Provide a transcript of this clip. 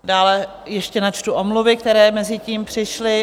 Dále ještě načtu omluvy, které mezitím přišly.